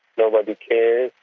nobody cares.